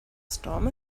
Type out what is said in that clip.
storm